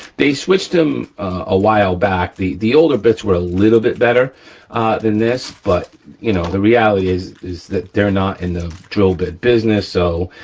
they switched them awhile back, the the older bits were a little bit better than this, but you know the reality is, is that they're not in drill bit business, so